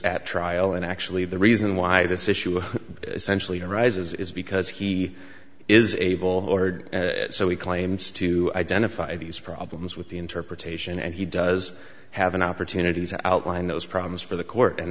at trial and actually the reason why this issue essentially arises is because he is able or so he claims to identify these problems with the interpretation and he does have an opportunity to outline those problems for the court and